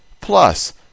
plus